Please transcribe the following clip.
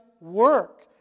work